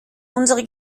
unsere